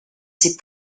ses